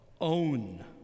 own